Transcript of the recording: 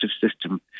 system